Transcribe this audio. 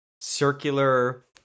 circular